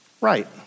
Right